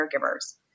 caregivers